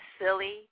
silly